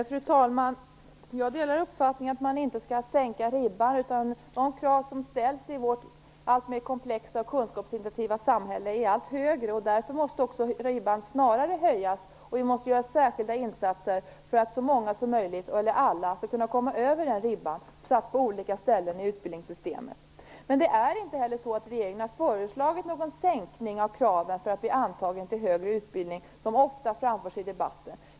Fru talman! Jag delar uppfattningen att man inte skall sänka ribban. De krav som ställs i vårt alltmer komplexa och kunskapsintensiva samhälle är allt högre, och därför måste också ribban snarare höjas. Vi måste göra särskilda insatser på olika ställen i utbildningssystemet för att så många som möjligt - eller alla - skall kunna komma över den ribban. Det är inte så att regeringen har föreslagit någon sänkning av kraven för att bli antagen till högre utbildning, som ofta framförs i debatten.